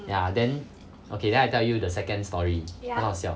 ya then okay then I tell you the second story 很好笑